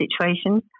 situations